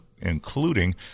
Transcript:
including